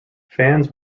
fans